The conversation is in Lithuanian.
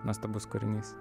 nuostabus kūrinys